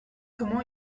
comment